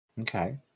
Okay